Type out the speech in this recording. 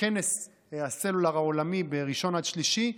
בכנס הסלולר העולמי בימים ראשון עד שלישי,